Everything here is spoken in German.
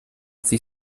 sie